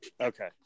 Okay